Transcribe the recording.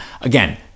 Again